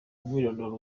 umwirondoro